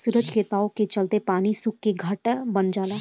सूरज के ताव के चलते पानी सुख के घाटा बन जाला